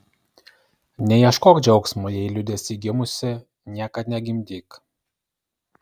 neieškok džiaugsmo jei liūdesy gimusi niekad negimdyk